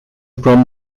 from